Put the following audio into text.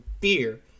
beer